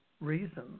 reason